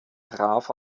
traf